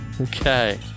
Okay